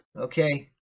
Okay